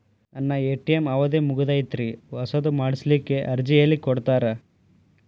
ನನ್ನ ಎ.ಟಿ.ಎಂ ಅವಧಿ ಮುಗದೈತ್ರಿ ಹೊಸದು ಮಾಡಸಲಿಕ್ಕೆ ಅರ್ಜಿ ಎಲ್ಲ ಕೊಡತಾರ?